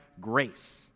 grace